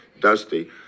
dusty